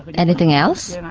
but anything else?